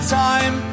time